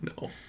no